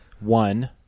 One